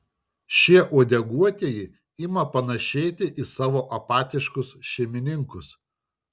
šie uodeguotieji ima panašėti į savo apatiškus šeimininkus